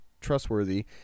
trustworthy